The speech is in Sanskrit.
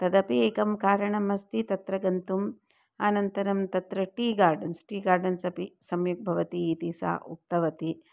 तदपि एकं कारणम् अस्ति तत्र गन्तुम् अनन्तरं तत्र टी गार्डन्स् टी गार्डन्स् अपि सम्यक् भवति इति सा उक्तवती